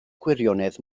gwirionedd